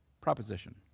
proposition